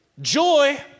joy